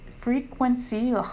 frequency